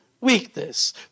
weakness